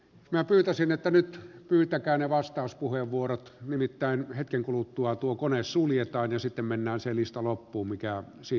minä pyytäisin että nyt pyytäkää ne vastauspuheenvuorot nimittäin hetken kuluttua tuo kone suljetaan ja sitten mennään se lista loppuun mikä siinä on jäljellä